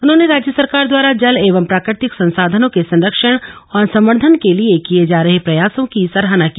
उन्होंने राज्य सरकार द्वारा जल एवं प्राकृतिक संसाधनों के संरक्षण और संवर्धन के लिए किये जा रहे प्रयासों की सराहना की